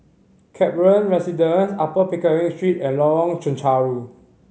Kaplan Residence Upper Pickering Street and Lorong Chencharu